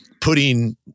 putting